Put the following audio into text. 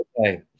Okay